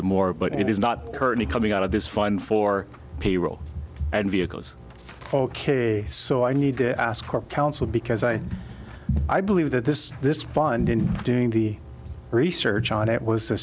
more but it is not currently coming out of this fund for payroll and vehicles so i need to ask or counsel because i i believe that this this fund in doing the research on it was